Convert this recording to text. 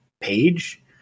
page